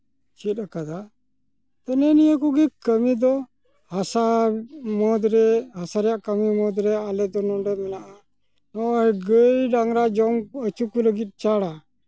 ᱪᱮᱫ ᱟᱠᱟᱫᱟ ᱛᱚ ᱱᱮᱜᱼᱮ ᱱᱤᱭᱟᱹ ᱠᱚᱜᱮ ᱠᱟᱹᱢᱤ ᱫᱚ ᱦᱟᱥᱟ ᱢᱩᱫᱽ ᱨᱮ ᱦᱟᱥᱟ ᱨᱮᱭᱟᱜ ᱠᱟᱹᱢᱤ ᱢᱩᱫᱽ ᱨᱮ ᱟᱞᱮᱫᱚ ᱱᱚᱸᱰᱮ ᱢᱮᱱᱟᱜᱼᱟ ᱱᱚᱣᱟ ᱜᱟᱹᱭ ᱰᱟᱝᱨᱟ ᱡᱚᱢ ᱚᱪᱚ ᱠᱚ ᱞᱟᱹᱜᱤᱫ ᱪᱟᱲᱟ